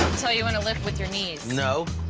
tell you when to lift with your knees. no.